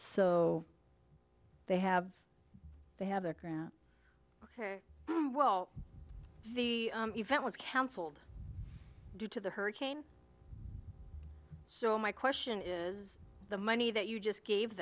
so they have they have their ground ok well the event was cancelled due to the hurricane so my question is the money that you just gave